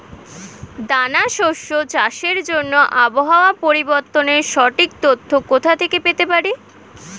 দানা শস্য চাষের জন্য আবহাওয়া পরিবর্তনের সঠিক তথ্য কোথা থেকে পেতে পারি?